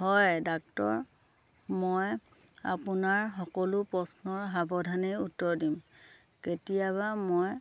হয় ডাক্টৰ মই আপোনাৰ সকলো প্ৰশ্নৰ সাৱধানেই উত্তৰ দিম কেতিয়াবা মই